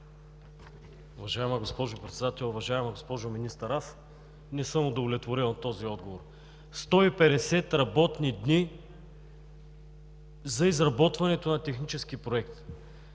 Уважаема госпожо Председател, уважаема госпожо Министър! Не съм удовлетворен от този отговор. 150 работни дни за изработването на технически проект,